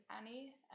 Annie